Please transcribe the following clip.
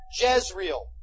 Jezreel